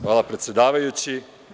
Hvala predsedavajući.